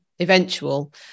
eventual